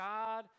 God